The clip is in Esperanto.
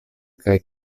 kaj